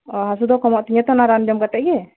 ᱚᱻ ᱦᱟᱥᱩ ᱫᱚ ᱠᱚᱢᱚᱜ ᱛᱤᱧᱟᱹ ᱛᱚ ᱱᱚᱶᱟ ᱨᱟᱱ ᱡᱚᱢ ᱠᱟᱛᱮᱫ ᱜᱮ